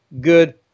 good